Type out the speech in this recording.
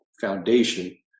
foundation